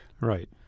Right